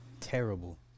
terrible